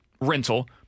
rental